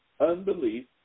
unbelief